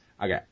Okay